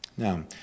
Now